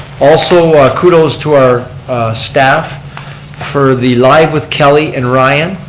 also kudos to our staff for the live with kelly and ryan.